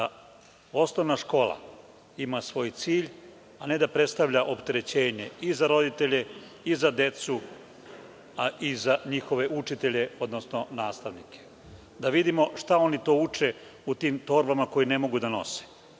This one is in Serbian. da osnovna škola ima svoj cilj, a ne da predstavlja opterećenje i za roditelje i za decu, a i za njihove učitelje, odnosno nastavnike i da vidimo šta oni to uče u tim torbama koje ne mogu da nose,